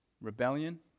Rebellion